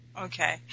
Okay